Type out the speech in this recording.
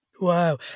Wow